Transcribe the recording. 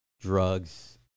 drugs